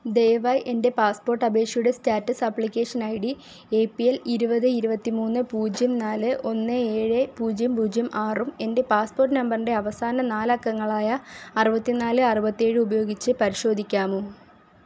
ദയവായി എൻ്റെ പാസ്പോർട്ട് അപേക്ഷയുടെ status application I D A P L ഇരുപത് ഇരുപത്തി മൂന്ന് പൂജ്യം നാല് ഒന്ന് ഏഴ് പൂജ്യം പൂജ്യം ആറും എൻ്റെ പാസ്പോർട്ട് നമ്പറിൻ്റെ അവസാന നാലക്കങ്ങളായ അറുപത്തി നാല് അറുപത്തി ഏഴ് ഉപയോഗിച്ച് പരിശോധിക്കാമോ